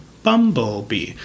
bumblebee